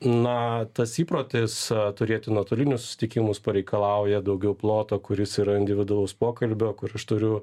na tas įprotis turėti nuotolinius susitikimus pareikalauja daugiau ploto kuris yra individualaus pokalbio kur aš turiu